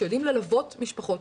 שיודעים ללוות משפחות,